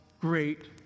great